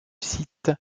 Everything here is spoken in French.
site